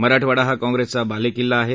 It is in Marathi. मराठवाडा हा काँग्रेसचा बालेकिल्ला आहे